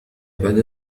بعد